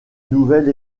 nouvel